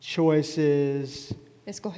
Choices